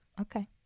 Okay